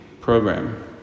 program